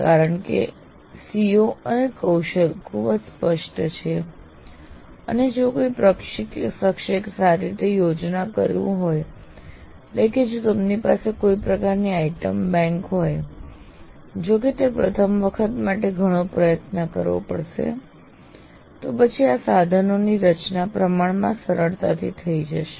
કારણ કે CO અને કૌશલ ખૂબ જ સ્પષ્ટ છે અને જો કોઈ પ્રશિક્ષકે સારી રીતે આયોજન કર્યું હોય એટલે કે જો તેમની પાસે કોઈ પ્રકારની આઇટમ બેંક હોય જોકે તે પ્રથમ વખત કરવા માટે ઘણો પ્રયત્ન કરવો પડશે તો પછી આ સાધનોની રચના પ્રમાણમાં સરળતાથી થઇ જશે